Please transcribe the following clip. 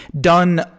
done